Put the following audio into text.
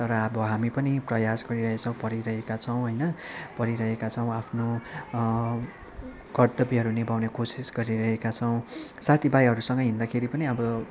तर अब हामी पनि प्रयास गरिरहेका छौँ पढिरहेका छौँ होइन पढिरहेका छौँ आफ्नो कर्त्तव्यहरू निभाउने कोसिस गरिरहेका छौँ साथी भाइहरूसँग हिँड्दाखेरि पनि अब